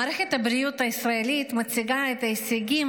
מערכת הבריאות הישראלית מציגה את הישגים